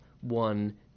one